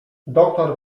doktor